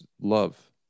love